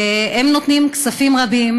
והם נותנים כספים רבים.